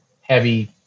heavy